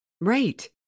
Right